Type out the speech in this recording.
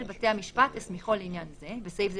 בתי המשפט הסמיכו לעניין זה (בסעיף זה,